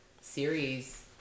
series